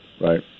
right